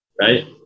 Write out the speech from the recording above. right